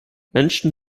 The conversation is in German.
menschen